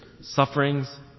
sufferings